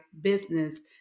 business